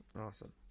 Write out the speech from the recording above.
Awesome